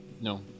No